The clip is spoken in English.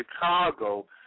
Chicago